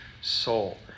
soul